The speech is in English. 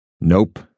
Nope